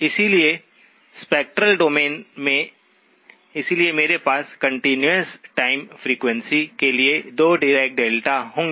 इसलिए spectral domain में इसलिए मेरे पास कंटीन्यूअस टाइम फ्रीक्वेंसी के लिए 2 डिराक डेल्टास होंगे